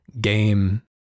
game